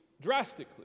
drastically